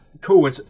cool